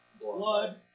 blood